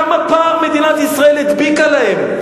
איזה פער מדינת ישראל הדביקה להם,